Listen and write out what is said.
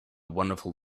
wonderful